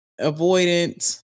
avoidant